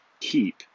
keep